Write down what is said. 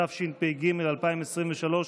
התשפ"ג 2023,